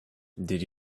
did